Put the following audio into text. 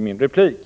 min replik.